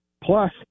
Plus